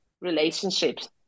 relationships